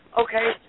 Okay